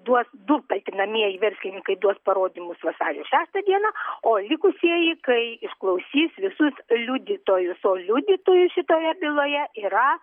duos du kaltinamieji verslininkai duos parodymus vasario šeštą dieną o likusieji kai išklausys visus liudytojus o liudytojų šitoje byloje yra